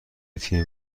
تیم